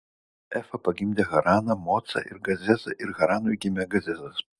efa pagimdė haraną mocą ir gazezą ir haranui gimė gazezas